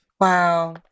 Wow